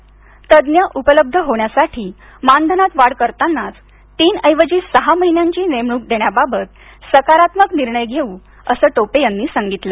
विशेषज्ञ उपलब्ध होण्यासाठी मानधनात वाढ करतानाच तीन ऐवजी सहा महिन्यांची नेमणूक देण्याबाबत सकारात्मक निर्णय घेऊ असं टोपे यांनी सांगितल